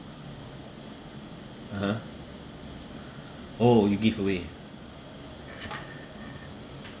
(uh huh) oh you give away